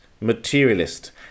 materialist